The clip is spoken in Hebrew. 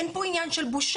אין פה עניין של בושה,